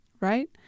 right